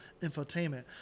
infotainment